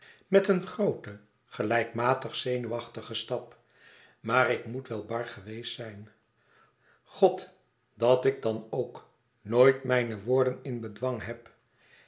met een grooten gelijkmatig zenuwachtigen stap maar ik moet wel bar geweest zijn god dat ik dan ook nooit mijne woorden in bedwang heb